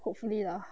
hopefully lah